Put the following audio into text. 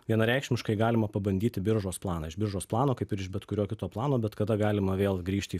vienareikšmiškai galima pabandyti biržos planą iš biržos plano kaip ir iš bet kurio kito plano bet kada galima vėl grįžt į